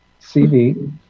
CV